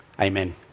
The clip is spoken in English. Amen